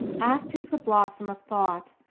act is the blossom of thought,